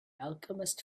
alchemist